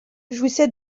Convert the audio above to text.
jouissait